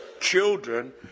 children